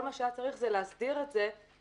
כל מה שהיה צריך זה להסדיר את זה שהם